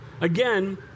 again